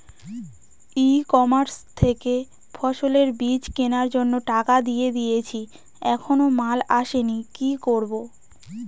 ই commerce থেকে ফসলের বীজ কেনার জন্য টাকা দিয়ে দিয়েছি এখনো মাল আসেনি কি করব?